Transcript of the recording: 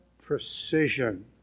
precision